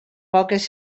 poques